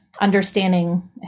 understanding